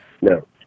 No